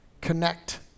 Connect